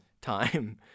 time